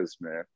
man